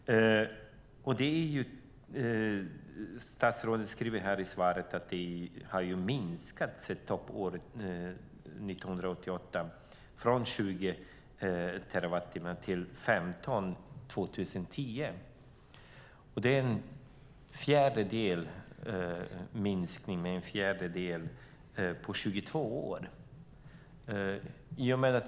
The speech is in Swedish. Statsrådet säger i svaret att konsumtionen har minskat sedan toppåret 1988 från 20 terawattimmar till 15 terawattimmar år 2010. Det är en minskning med en fjärdedel på 22 år.